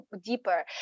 deeper